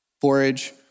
forage